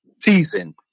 season